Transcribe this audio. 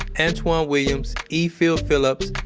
antwan williams, e. phil phillips,